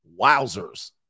Wowzers